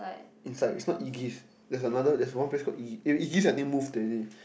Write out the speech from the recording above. inside it's not Egive there's another there's one place called Egive Egives I think move already